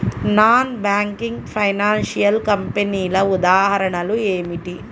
Non banking financial కంపెనీల ఉదాహరణలు ఏమిటి?